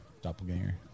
Doppelganger